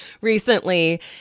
recently